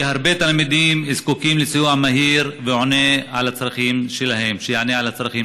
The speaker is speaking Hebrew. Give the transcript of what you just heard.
כי הרבה תלמידים זקוקים לסיוע מהיר שיענה על הצרכים שלהם.